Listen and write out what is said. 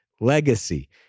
Legacy